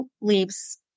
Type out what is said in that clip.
leaves